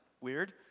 weird